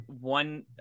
one